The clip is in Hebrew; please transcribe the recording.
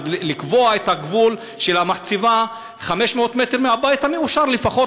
לקבוע את הגבול של המחצבה 500 מטר מהבית המאושר לפחות